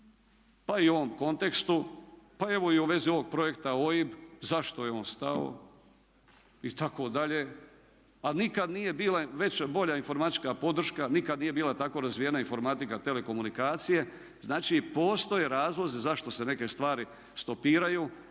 pa i u ovom kontekstu, pa evo i u vezi ovog projekta OIB zašto je on stao itd. A nikad nije bila veća, bolja informatička podrška. Nikad nije bila tako razvijena informatika, telekomunikacije. Znači, postoje razlozi zašto se neke stvari stopiraju,